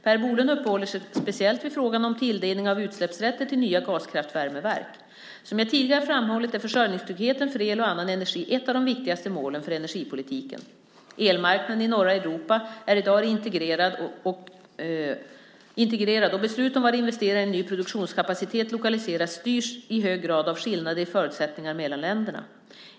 Per Bolund uppehåller sig speciellt vid frågan om tilldelning av utsläppsrätter till nya gaskraftvärmeverk. Som jag tidigare framhållit är försörjningstryggheten för el och annan energi ett av de viktigaste målen för energipolitiken. Elmarknaden i norra Europa är i dag integrerad, och beslut om vart investeringar i ny produktionskapacitet lokaliseras styrs i hög grad av skillnader i förutsättningar mellan länderna.